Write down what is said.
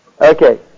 Okay